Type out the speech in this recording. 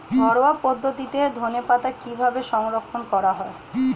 ঘরোয়া পদ্ধতিতে ধনেপাতা কিভাবে সংরক্ষণ করা হয়?